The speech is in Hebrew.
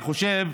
אני חושב,